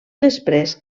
després